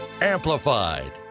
amplified